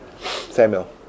Samuel